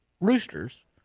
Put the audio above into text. roosters